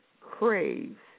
craves